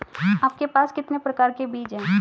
आपके पास कितने प्रकार के बीज हैं?